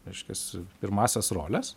reiškias pirmąsias roles